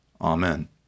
Amen